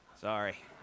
Sorry